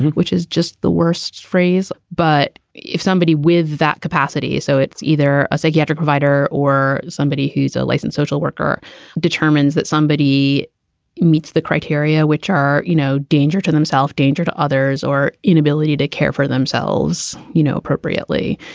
which is just the worst phrase but if somebody with that capacity so it's either a psychiatric divider or somebody who's a license, social worker determines that somebody meets the criteria which are, you know, danger to themself, danger to others or inability to care for themselves, you know, appropriately.